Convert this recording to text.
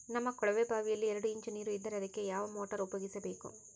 ನಮ್ಮ ಕೊಳವೆಬಾವಿಯಲ್ಲಿ ಎರಡು ಇಂಚು ನೇರು ಇದ್ದರೆ ಅದಕ್ಕೆ ಯಾವ ಮೋಟಾರ್ ಉಪಯೋಗಿಸಬೇಕು?